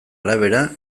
arabera